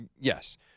Yes